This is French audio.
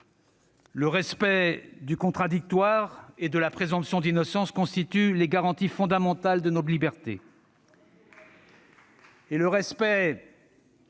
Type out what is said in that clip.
Le respect du contradictoire et la présomption d'innocence constituent les garanties fondamentales de nos libertés. La célérité